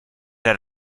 had